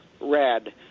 red